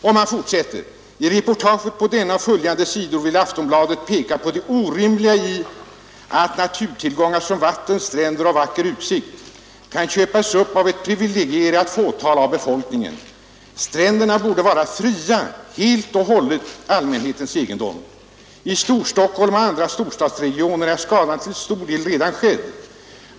Artikeln fortsätter: ”I reportaget på denna och följande sidor vill Aftonbladet peka på det orimliga i att naturtillgångar som vatten, stränder — och vacker utsikt — kan köpas upp av ett privilegierat fåtal av befolkningen. Stränderna borde vara fria — helt och hållet allmänhetens egendom. I Stor-Stockholm och andra storstadsregioner är skadan till stor del redan skedd.